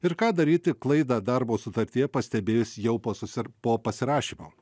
ir ką daryti klaidą darbo sutartyje pastebėjus jau po susir po pasirašymo